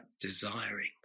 desiring